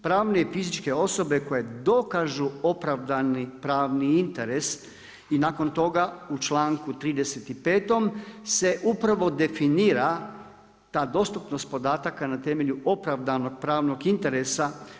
Pravne i fizičke osobe koje dokažu opravdani pravni interes i nakon toga u članku 35. se upravo definira ta dostupnost podataka na temelju opravdanog pravnog interesa.